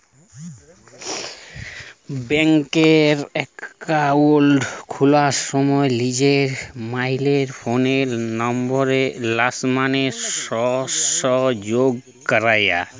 ব্যাংকে একাউল্ট খুলার সময় লিজের মবাইল ফোলের লাম্বারের সংগে যগ ক্যরা